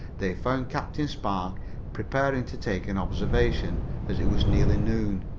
they found captain spark preparing to take an observation, as it was nearly noon.